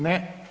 Ne.